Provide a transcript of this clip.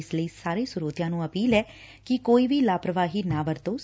ਇਸ ਲਈ ਸਾਰੇ ਸਰੋਤਿਆਂ ਨੂੰ ਅਪੀਲ ਐ ਕਿ ਕੋਈ ਵੀ ਲਾਪਰਵਾਹੀ ਨਾ ਵਰਤੋ'